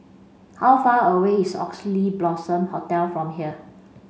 how far away is Oxley Blossom Hotel from here